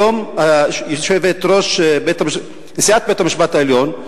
היום נשיאת בית-המשפט העליון,